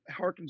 harkens